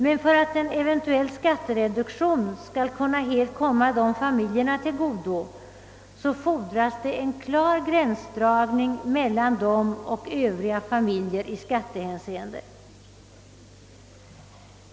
Men för att en eventuell skattereduktion helt skall kunna komma de familjerna till godo fordras en klar gränsdragning mellan dem och övriga familjer i skattehänseende.